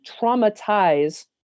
traumatize